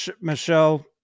Michelle